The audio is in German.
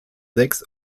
sechs